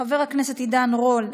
חבר הכנסת עידן רול,